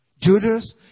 Judas